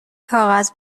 کاغذ